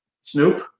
Snoop